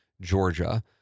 Georgia